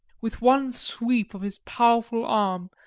with one sweep of his powerful arm,